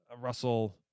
russell